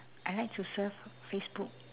I like to surf facebook